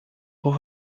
por